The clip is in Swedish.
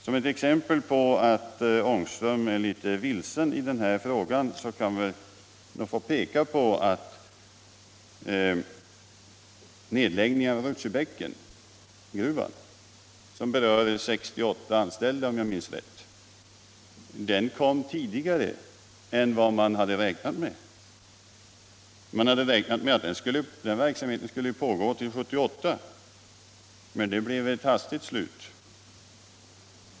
Som ett exempel på att herr Ångström är litet vilsen i den här frågan kan jag peka på att nedläggningen av Rudtjebäckengruvan, som berör 68 anställda om jag minns rätt, kom tidigare än man hade räknat med. Man hade räknat med att verksamheten skulle pågå till 1978, men nu blev det hastigt slut.